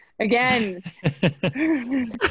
again